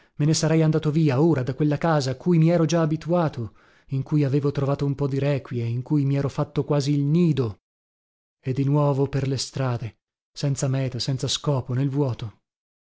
me ne sarei andato via ora da quella casa a cui mi ero già abituato in cui avevo trovato un po di requie in cui mi ero fatto quasi il nido e di nuovo per le strade senza meta senza scopo nel vuoto